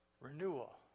Renewal